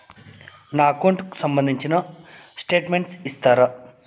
నా అకౌంట్ కు సంబంధించిన స్టేట్మెంట్స్ ఇస్తారా